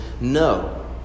no